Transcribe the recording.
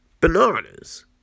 bananas